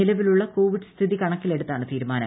നിലവിലുള്ള കോവിഡ് സ്ഥിതി കണക്കിലെടുത്താണ് തീരുമാനം